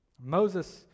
Moses